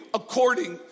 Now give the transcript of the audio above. according